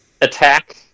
attack